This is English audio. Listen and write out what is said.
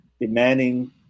demanding